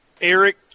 Eric